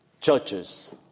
churches